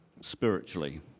spiritually